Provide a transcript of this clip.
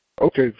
Okay